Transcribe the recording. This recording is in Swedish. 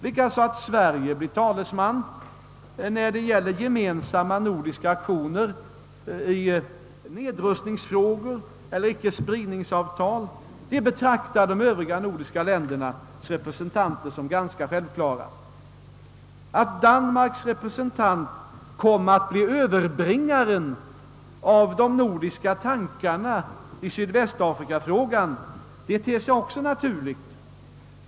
Likaså att Sverige blir talesman när det gäller gemensamma nordiska aktioner i nedrustningsfrågor eller icke-spridningsavtal, det betraktar de övriga nordiska ländernas representanter som ganska självklart. Att Danmarks representant kom att bli överbringaren av de nordiska tankarna i sydvästafrikafrågan, det ter sig också naturligt.